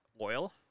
oil